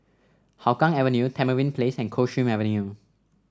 Hougang Avenue Tamarind Place and Coldstream Avenue